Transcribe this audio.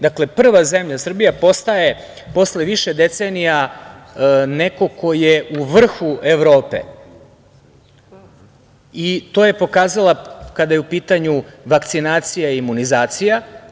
Dakle, prva zemlja Srbija postaje posle više decenija, neko ko je u vrhu Evrope, i to je pokazala kada je u pitanju vakcinacija i imunizacija.